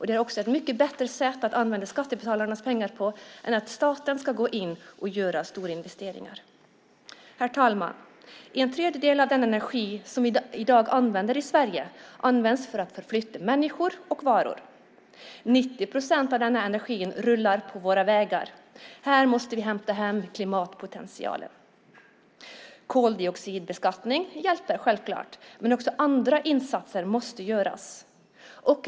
Det är också ett mycket bättre sätt att använda skattebetalarnas pengar på än att staten ska gå in och göra stora investeringar. Herr talman! En tredjedel av den energi som vi i dag använder i Sverige används för att förflytta människor och varor. 90 procent av denna energi rullar på våra vägar. Här måste vi hämta hem klimatpotentialen. Koldioxidbeskattning hjälper självklart, men också andra insatser måste göras.